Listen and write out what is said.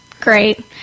Great